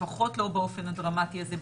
לפחות לא באופן הדרמטי הזה,